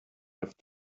have